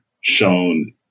shown